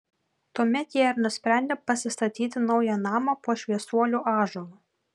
tuomet jie ir nusprendė pasistatyti naują namą po šviesuolių ąžuolu